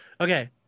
Okay